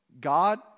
God